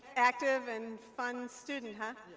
active and fun student, huh?